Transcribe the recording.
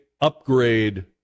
upgrade